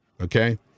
Okay